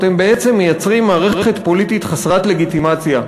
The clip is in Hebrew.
אתם בעצם מייצרים מערכת פוליטית חסרת לגיטימציה,